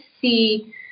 see